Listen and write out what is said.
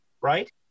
right